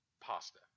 pasta